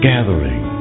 Gathering